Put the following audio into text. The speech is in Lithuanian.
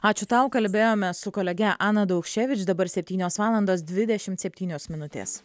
ačiū tau kalbėjome su kolege ana daukševič dabar septynios valandos dvidešimt septynios minutės